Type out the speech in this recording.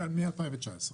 מ-2019.